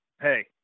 hey